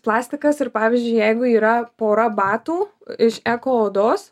plastikas ir pavyzdžiui jeigu yra pora batų iš eko odos